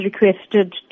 requested